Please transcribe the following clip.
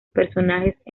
personajes